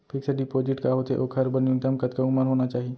Fix deposit का होथे ओखर बर न्यूनतम कतका उमर होना चाहि?